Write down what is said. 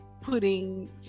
putting